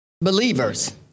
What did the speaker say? believers